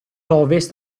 ovest